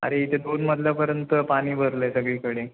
अरे इथे दोन मजल्यापर्यंत पाणी भरलं आहे सगळीकडे